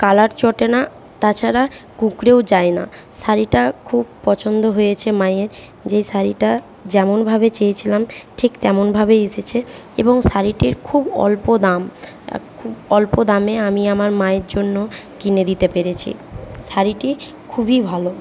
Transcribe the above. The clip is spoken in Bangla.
কালার চটে না তাছাড়া কুঁকড়েও যায় না শাড়িটা খুব পছন্দ হয়েছে মায়ের যে শাড়িটা যেমনভাবে চেয়েছিলাম ঠিক তেমনভাবেই এসেছে এবং শাড়িটির খুব অল্প দাম খুব অল্প দামে আমি আমার মায়ের জন্য কিনে দিতে পেরেছি শাড়িটি খুবই ভালো